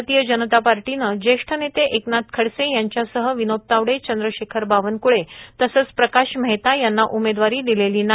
भारतीय जनता पक्षानं ज्येष्ठ नेते एकनाथ खडसे यांच्यासह विनोद तावडे चंद्रशेखर बावनकृळे तसंच प्रकाश मेहता यांना उमेदवारी दिलेली नाही